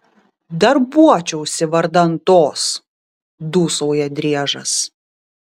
darbuočiausi vardan tos dūsauja driežas